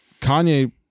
Kanye